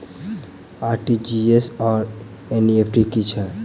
RTGS आओर NEFT की छैक?